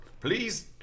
Please